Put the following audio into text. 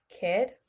kid